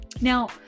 Now